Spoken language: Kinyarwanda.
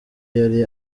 yari